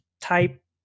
type